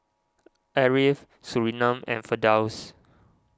Ariff Surinam and Firdaus